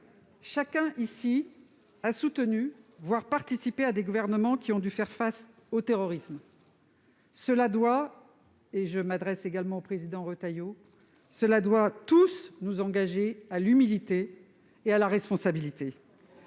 Chacun ici a soutenu des gouvernements qui ont dû faire face au terrorisme. Cela doit tous- je m'adresse également au président Retailleau à cet instant -nous engager à l'humilité et à la responsabilité.